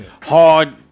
hard